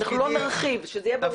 לא נרחיב כאן.